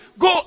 Go